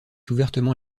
ouvertement